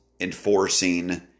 enforcing